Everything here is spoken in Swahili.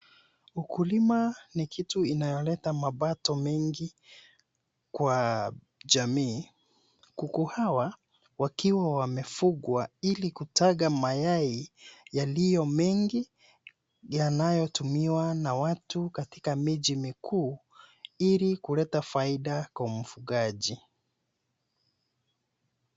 Ukulima ni kitu inayoleta mapato mengi kwa jamii. Kuku hawa wakiwa wamefugwa ilikutaga mayai yaliyo mengi yanayotumiwa na watu katika miji mikuu ilikuleta faida kwa mfugaji.